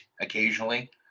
occasionally